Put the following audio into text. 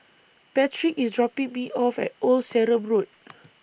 Patrick IS dropping Me off At Old Sarum Road